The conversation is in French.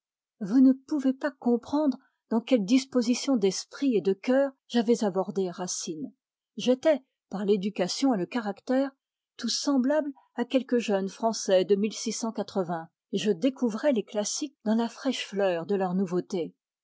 vous ne pouvez pas comprendre dans quelle disposition d'esprit et de cœur j'avais abordé racine j'étais par l'éducation et le caractère tout semblable à quelque jeune français de et je découvrais les classiques dans la fraîche fleur de leur nouveauté